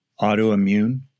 autoimmune